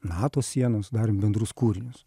nato sienos darėm bendrus kūrinius